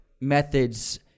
methods